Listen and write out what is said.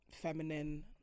feminine